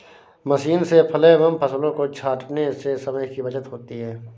machine से फलों एवं फसलों को छाँटने से समय की बचत होती है